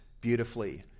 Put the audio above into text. beautifully